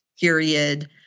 period